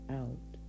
out